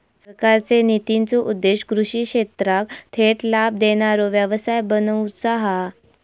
सरकारचे नितींचो उद्देश्य कृषि क्षेत्राक थेट लाभ देणारो व्यवसाय बनवुचा हा